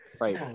right